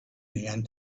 began